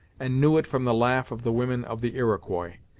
and knew it from the laugh of the women of the iroquois.